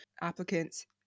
applicants